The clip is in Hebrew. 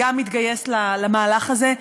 גם התגייס למהלך הזה.